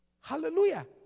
Hallelujah